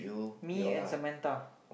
me and Samantha